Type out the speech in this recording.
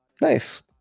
nice